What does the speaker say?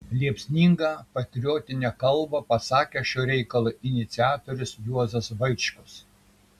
liepsningą patriotinę kalbą pasakė šio reikalo iniciatorius juozas vaičkus